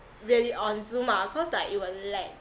really on zoom ah cause like it will lag